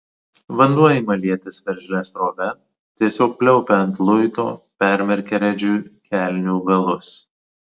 vanduo ima lietis veržlia srove tiesiog pliaupia ant luito permerkia redžiui kelnių galus